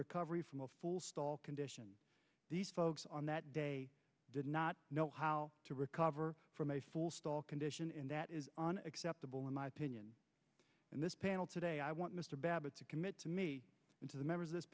recovery from a full stall condition on that day did not know how to recover from a full stall condition and that is an acceptable in my opinion and this panel today i want mr babbitt to commit to me and to the members of this